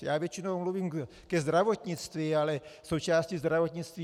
Já většinou mluvím ke zdravotnictví, ale součástí zdravotnictví je etika.